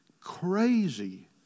crazy